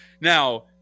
Now